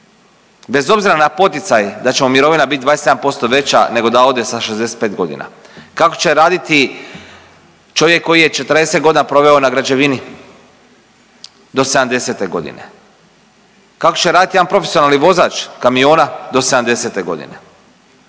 bez obzira na poticaj da će mu mirovina biti 27% veća nego da ode sa 65 godina. Kako će raditi čovjek koji je 40 godina proveo na građevini do 70 godine? Kako će raditi jedan profesionalni vozač kamiona do 70?